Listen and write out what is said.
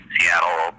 Seattle